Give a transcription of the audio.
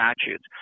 statutes